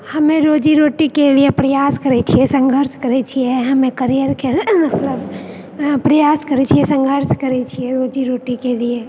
हमे रोजीरोटी के लियऽ प्रयास करै छियै संघर्ष करै छियै हमे करियर के मतलब प्रयास करै छियै संघर्ष करै छियै रोजीरोटी के लियऽ